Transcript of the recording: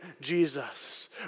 Jesus